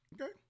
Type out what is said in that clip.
Okay